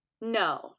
No